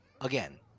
Again